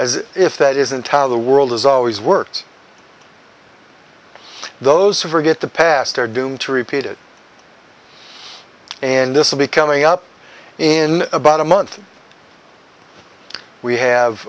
as if that isn't how the world is always works those who forget the past are doomed to repeat it and this will be coming up in about a month we have